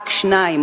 רק שניים,